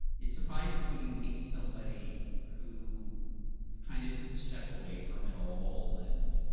it's surprising when you meet somebody who kind of could step away from it all and